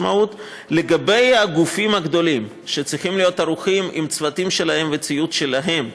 לגבי הגופים הגדולים שצריכים להיות ערוכים עם צוותים שלהם וציוד שלהם,